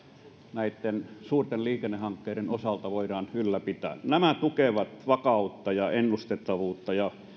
näitten suurten liikennehankkeiden osalta voidaan ylläpitää nämä tukevat vakautta ja ennustettavuutta ja